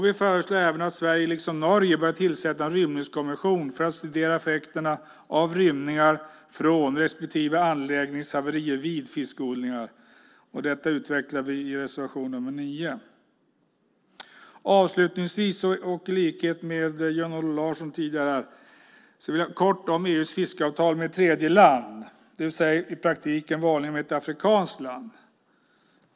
Vi föreslår även att Sverige liksom Norge bör tillsätta en rymningskommission för att studera effekterna av rymningar från och anläggningshaverier vid fiskodlingar. Detta utvecklar vi i reservation nr 9. Avslutningsvis vill jag i likhet med Jan-Olof Larsson säga något kort om EU:s fiskeavtal med tredjeländer, i praktiken vanligen afrikanska länder.